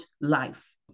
life